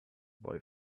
boy